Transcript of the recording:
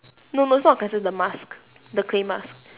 no no it's not the cleanser the mask the clay mask